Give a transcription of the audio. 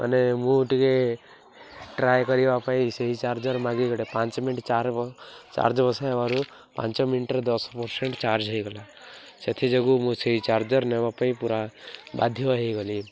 ମାନେ ମୁଁ ଟିକେ ଟ୍ରାଏ କରିବା ପାଇଁ ସେଇ ଚାର୍ଜର୍ ମାଗି ଗୋଟେ ପାଞ୍ଚ ମିନିଟ ଚାର୍ ବ ଚାର୍ଜ ବସାଇବାରୁ ପାଞ୍ଚ ମିନିଟରେ ଦଶ ପରସେଣ୍ଟ ଚାର୍ଜ ହେଇଗଲା ସେଥିଯୋଗୁଁ ମୁଁ ସେଇ ଚାର୍ଜର୍ ନେବା ପାଇଁ ପୁରା ବାଧ୍ୟ ହେଇଗଲି